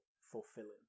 fulfilling